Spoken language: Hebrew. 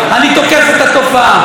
אני תוקף את התופעה.